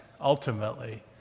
ultimately